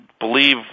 believe